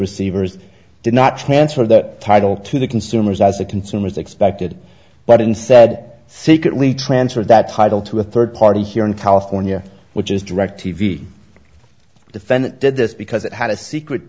receivers did not transfer that title to the consumers as the consumers expected but instead secretly transferred that title to a third party here in california which is direct t v the defendant did this because it had a secret